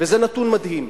וזה נתון מדהים,